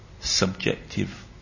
subjective